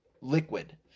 liquid